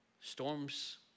Storms